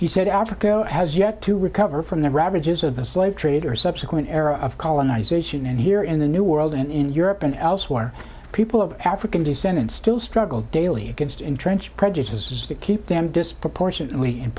he said africa has yet to recover from the ravages of the slave trade or subsequent era of colonize ation and here in the new world in europe and elsewhere people of african descent and still struggle daily against entrenched prejudices to keep them disproportionately in